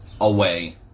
away